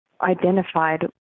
identified